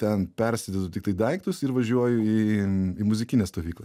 ten persidedu tiktai daiktus ir važiuoju į muzikinę stovyklą